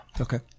Okay